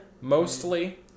mostly